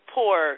Poor